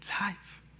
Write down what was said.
life